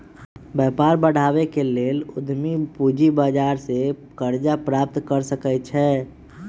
व्यापार बढ़ाबे के लेल उद्यमी पूजी बजार से करजा प्राप्त कर सकइ छै